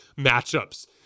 matchups